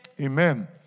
Amen